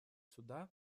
суда